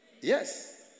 yes